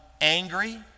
angry